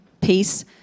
peace